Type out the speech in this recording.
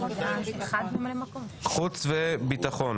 חוץ וביטחון